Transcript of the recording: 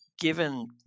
given